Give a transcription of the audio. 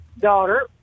daughter